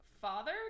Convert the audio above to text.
father